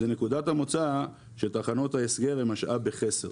זה נקודת המוצא שתחנות ההסגר הם משאב בחסר,